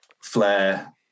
flair